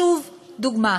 שוב, דוגמה.